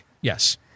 Yes